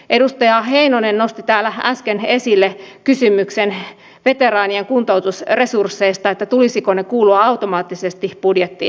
edustaja heinonen nosti täällä äsken esille kysymyksen veteraanien kuntoutusresursseista että tulisiko niiden kuulua automaattisesti budjettiin